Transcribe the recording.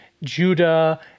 Judah